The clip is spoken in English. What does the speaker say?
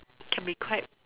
can be quite